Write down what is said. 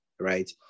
right